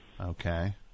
Okay